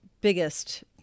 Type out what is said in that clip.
biggest